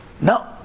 No